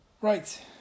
Right